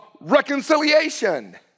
reconciliation